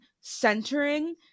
centering